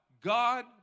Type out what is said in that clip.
God